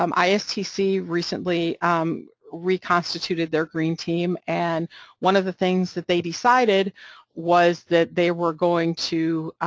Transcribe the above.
um istc recently um reconstituted their green team, and one of the things that they decided was that they were going to